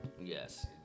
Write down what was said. Yes